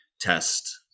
test